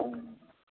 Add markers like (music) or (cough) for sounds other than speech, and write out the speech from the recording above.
(unintelligible)